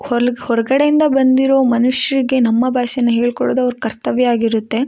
ಹೊರ್ಗ ಹೊರಗಡೆಯಿಂದ ಬಂದಿರೊ ಮನುಷ್ರಿಗೆ ನಮ್ಮ ಭಾಷೆನ ಹೇಳ್ಕೊಡೋದು ಅವ್ರ ಕರ್ತವ್ಯ ಆಗಿರುತ್ತೆ